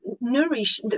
nourish